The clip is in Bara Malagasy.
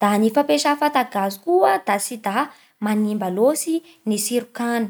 Da ny fampiasa fata gazy koa da tsy da manimba loatsy ny tsiron-kany.